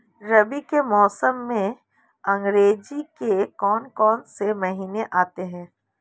रबी के मौसम में अंग्रेज़ी के कौन कौनसे महीने आते हैं?